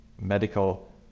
medical